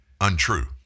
untrue